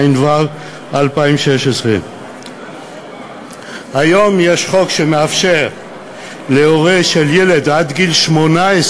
התשע"ו 2016. היום יש חוק שמאפשר להורה לילד עד גיל 18,